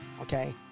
okay